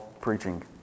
preaching